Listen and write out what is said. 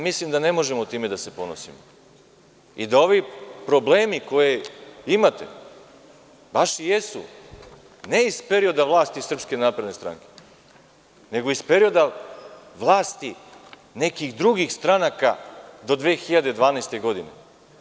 Mislim da ne možemo time da se ponosimo i da ovi problemi koje imate baš i jesu ne iz perioda vlasti SNS, nego iz perioda vlasti nekih drugih stranaka do 2012. godine.